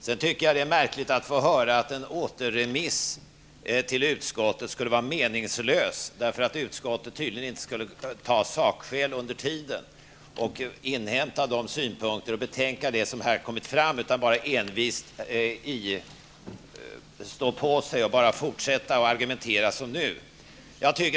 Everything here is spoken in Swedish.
Jag tycker vidare att det är märkligt att få höra att en återremiss till utskottet skulle vara meningslös därför att utskottet tydligen inte under tiden skulle låta sig påverkas av sakskäl, inhämta de synpunkter och betänka det som här kommit fram, utan bara envist stå på sig och fortsätta argumentera som nu.